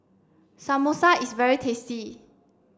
Samosa is very tasty